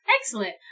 Excellent